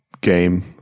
game